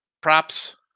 props